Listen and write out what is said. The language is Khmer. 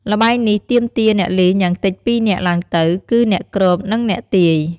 ល្បែងនេះទាមទារអ្នកលេងយ៉ាងតិចពីរនាក់ឡើងទៅ គឺអ្នកគ្រប និងអ្នកទាយ។